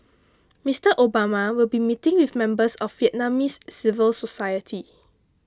Mister Obama will be meeting with members of Vietnamese civil society